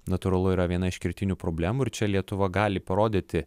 natūralu yra viena iš kertinių problemų ir čia lietuva gali parodyti